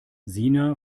sina